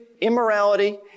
Immorality